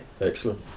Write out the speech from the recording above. Excellent